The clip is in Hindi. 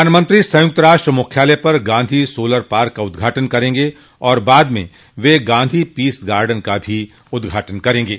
प्रधानमंत्री संयक्त राष्ट्र मुख्यालय पर गांधी सोलर पार्क का उद्घाटन करेंगे और एबाद में वे गांधी पीस गार्डन का भी उद्घाटन करेंगे